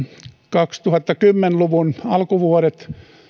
kaksituhattakymmenen luvun alkuvuodet